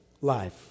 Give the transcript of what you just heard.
life